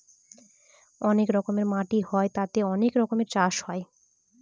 অনেক রকমের মাটি হয় তাতে অনেক রকমের চাষ হয়